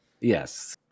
Yes